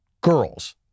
girls